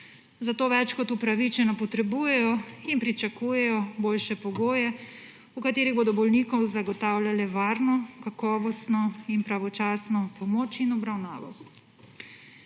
Zato več kot upravičeno potrebujejo in pričakujejo boljše pogoje, v katerih bodo bolnikom zagotavljale varno, kakovostno in pravočasno pomoč in obravnavo.